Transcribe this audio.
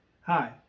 Hi